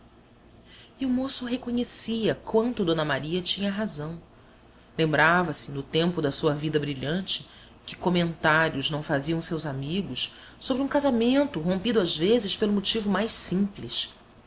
e o moço reconhecia quanto d maria tinha razão lembrava-se no tempo da sua vida brilhante que comentários não faziam seus amigos sobre um casamento rompido às vezes pelo motivo o mais simples